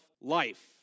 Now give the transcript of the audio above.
life